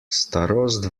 starost